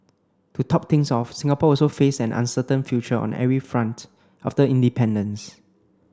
to top things off Singapore also faced an uncertain future on every front after independence